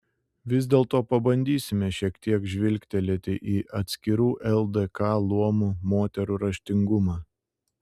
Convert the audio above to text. vis dėlto pabandysime šiek tiek žvilgtelėti į atskirų ldk luomų moterų raštingumą